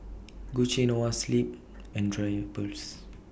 Gucci Noa Sleep and Drypers